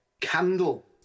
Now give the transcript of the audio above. candle